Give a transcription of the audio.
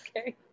Okay